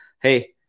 Hey